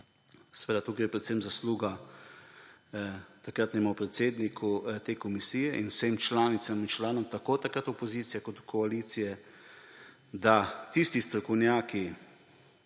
seveda tu gre predvsem zasluga takratnemu predsedniku te komisije in vsem članicam in članom, tako takrat opozicije kot koalicije, da tisti strokovnjaki